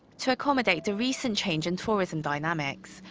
to accommodate the recent change in tourism dynamics,